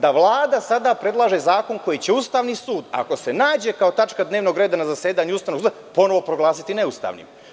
Da Vlada sada predlaže zakon koji će Ustavni sud, ako se nađe kao tačka dnevnog reda na zasedanju Ustavnog suda, ponovo proglasiti neustavnim.